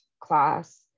class